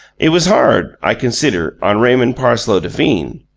it was hard, i consider, on raymond parsloe devine,